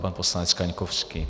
Pan poslanec Kaňkovský.